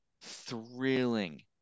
thrilling